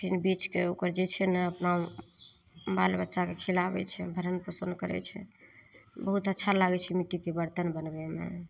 फेर बेचिके ओकर जे छै ने अपना बालबच्चाकेँ खिलाबै छै भरण पोषण करै छै बहुत अच्छा लागै छै मिट्टीके बरतन बनबैमे